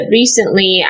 recently